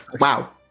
Wow